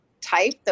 type